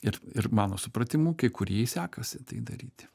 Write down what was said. ir ir mano supratimu kai kur jai sekasi tai daryti